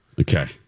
Okay